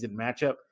matchup